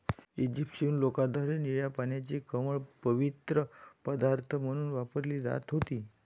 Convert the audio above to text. Egyptian लोकांद्वारे निळ्या पाण्याची कमळ पवित्र पदार्थ म्हणून वापरली जात होती